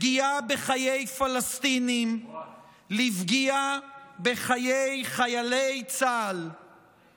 לפגיעה בחיי פלסטינים ולפגיעה בחיי חיילי צה"ל תהיה קצרה מאוד.